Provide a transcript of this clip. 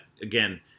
again